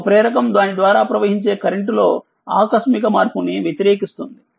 ఒక ప్రేరక దాని ద్వారా ప్రవహించే కరెంట్లో ఆకస్మిక మార్పును వ్యతిరేకిస్తుంది